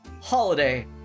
holiday